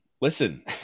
listen